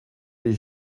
les